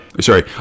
Sorry